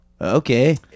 Okay